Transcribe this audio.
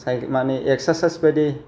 माने एक्सारसाइस बायदि